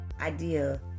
idea